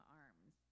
arms